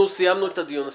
סיימנו את הדיון.